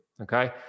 Okay